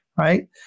right